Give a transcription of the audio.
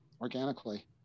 organically